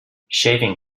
shaving